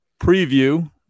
preview